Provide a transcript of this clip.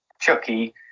Chucky